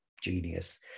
genius